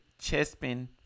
Chespin